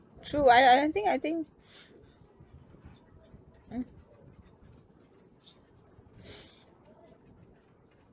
true I I I don't think I think